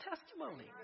testimony